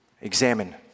examine